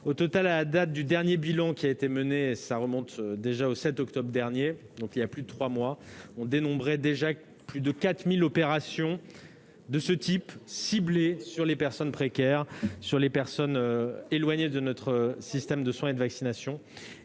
Au total, monsieur le sénateur, lors du bilan qui a été réalisé le 7 octobre dernier, il y a donc plus de trois mois, on dénombrait déjà plus de 4 000 opérations de ce type ciblées sur les personnes précaires et sur les personnes éloignées de notre système de soins et de vaccination.